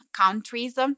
countries